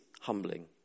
humbling